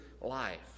life